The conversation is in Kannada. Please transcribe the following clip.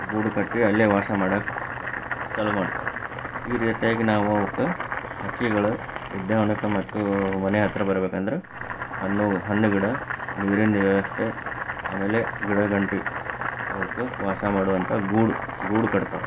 ಗೂಡು ಕಟ್ಟಿ ಅಲ್ಲೇ ವಾಸಮಾಡಕ್ಕೆ ಚಾಲೂ ಮಾಡ್ತಾವೆ ಈ ರೀತಿಯಾಗಿ ನಾವು ಅವಕ್ಕೆ ಹಕ್ಕಿಗಳು ಉದ್ಯಾನವನ್ಕ ಮತ್ತು ಮನೆ ಹತ್ತಿರ ಬರ್ಬೇಕಂದ್ರೆ ಹಣ್ಣು ಹಣ್ಣು ಗಿಡ ನೀರಿನ ವ್ಯವಸ್ಥೆ ಆಮೇಲೆ ಗಿಡಗಂಟಿ ಅವುಕ್ಕ ವಾಸಮಾಡುವಂಥ ಗೂಡು ಗೂಡು ಕಟ್ತಾವೆ